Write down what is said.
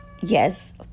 yes